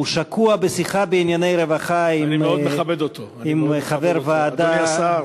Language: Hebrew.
הוא שקוע בשיחה בענייני רווחה עם חבר ועדה,